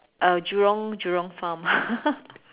uh Jurong Jurong farm